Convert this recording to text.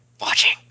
Watching